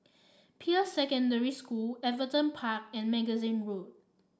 Peirce Secondary School Everton Park and Magazine Road